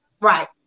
Right